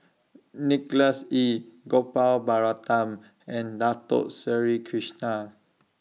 Nicholas Ee Gopal Baratham and Dato Sri Krishna